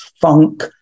funk